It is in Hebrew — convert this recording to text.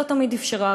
לא תמיד אפשרה.